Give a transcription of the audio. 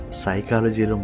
psychology